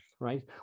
Right